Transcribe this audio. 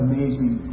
Amazing